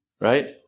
right